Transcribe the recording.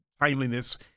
timeliness